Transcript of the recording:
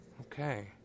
Okay